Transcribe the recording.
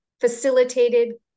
facilitated